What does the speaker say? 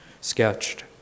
sketched